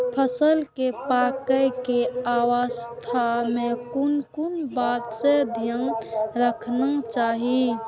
फसल के पाकैय के अवस्था में कोन कोन बात के ध्यान रखना चाही?